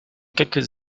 quelques